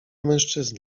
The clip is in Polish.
mężczyzna